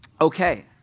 Okay